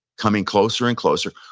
coming closer and closer.